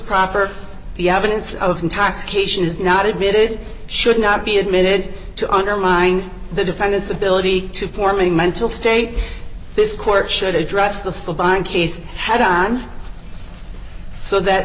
proper the evidence of intoxication is not admitted should not be admitted to undermine the defendant's ability to forming mental state this court should address the sublime case head on so that